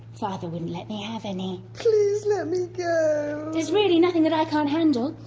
father wouldn't let me have any. please let me go! there's really nothing that i can't handle!